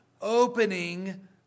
Opening